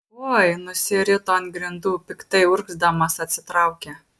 oi nusirito ant grindų piktai urgzdamas atsitraukė